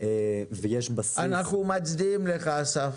ויש בסיס --- אנחנו מצדיעים לך, אסף.